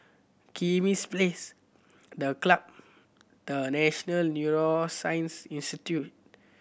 Kismis Place The Club The National Neuroscience Institute